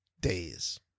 days